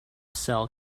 cell